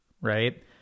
right